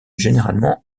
généralement